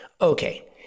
Okay